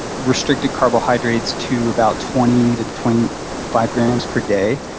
restricted carbohydrates to about twenty to twenty five grams per day,